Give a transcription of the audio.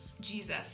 Jesus